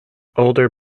older